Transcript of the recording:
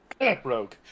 rogue